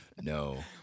No